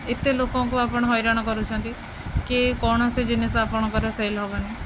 ଏତେ ଲୋକଙ୍କୁ ଆପଣ ହଇରାଣ କରୁଛନ୍ତି କି କୌଣସି ଜିନିଷ ଆପଣଙ୍କର ସେଲ୍ ହବନି